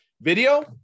Video